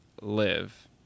live